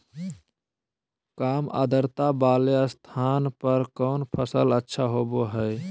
काम आद्रता वाले स्थान पर कौन फसल अच्छा होबो हाई?